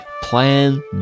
plan